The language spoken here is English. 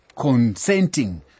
consenting